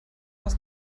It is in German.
aus